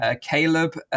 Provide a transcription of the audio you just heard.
Caleb